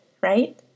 right